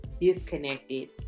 disconnected